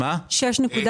סליחה.